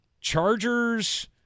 Chargers-